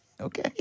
Okay